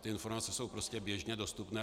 Informace jsou prostě běžně dostupné.